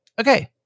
okay